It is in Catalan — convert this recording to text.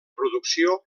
producció